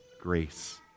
grace